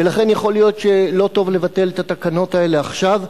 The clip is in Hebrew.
ולכן יכול להיות שלא טוב לבטל את התקנות האלה עכשיו.